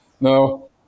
no